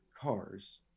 cars